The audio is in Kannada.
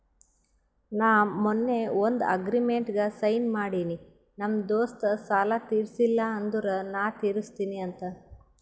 ನಾ ಮೊನ್ನೆ ಒಂದ್ ಅಗ್ರಿಮೆಂಟ್ಗ್ ಸೈನ್ ಮಾಡಿನಿ ನಮ್ ದೋಸ್ತ ಸಾಲಾ ತೀರ್ಸಿಲ್ಲ ಅಂದುರ್ ನಾ ತಿರುಸ್ತಿನಿ ಅಂತ್